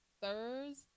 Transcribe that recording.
Thursday